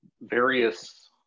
various